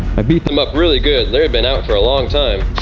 i beat them up really good. they've been out for a long time.